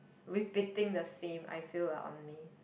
repeating the same I feel lah only